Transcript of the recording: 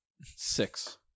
Six